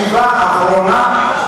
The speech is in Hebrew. בישיבה האחרונה?